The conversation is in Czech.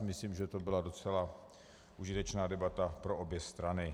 Myslím, že to byla docela užitečná debata pro obě strany.